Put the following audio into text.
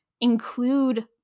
include